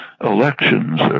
elections